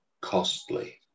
costly